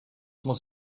muss